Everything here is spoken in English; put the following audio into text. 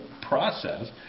process